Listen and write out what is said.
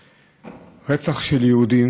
רצח של יהודים